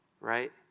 right